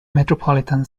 metropolitan